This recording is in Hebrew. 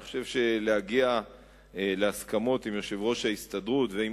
אני חושב שלהגיע להסכמות עם יושב-ראש ההסתדרות ועם